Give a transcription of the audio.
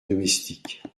domestiques